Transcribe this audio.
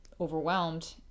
overwhelmed